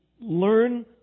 learn